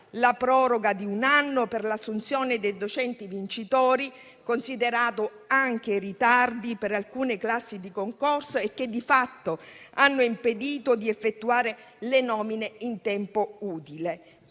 la proroga di un anno per l'assunzione dei docenti vincitori, considerati anche i ritardi per alcune classi di concorso che di fatto hanno impedito di effettuare le nomine in tempo utile,